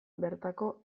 bertako